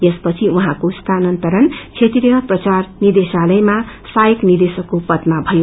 यसपछि उहाँको स्थानान्तरण क्षेत्रिय प्रचार निदेशालयमा सहायक निदेशकको पदमा भयो